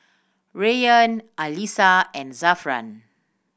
Rayyan Alyssa and Zafran